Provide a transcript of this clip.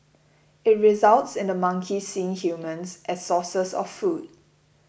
it results in the monkeys seeing humans as sources of food